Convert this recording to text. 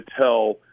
tell